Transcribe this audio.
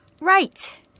right